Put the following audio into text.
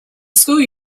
school